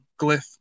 glyph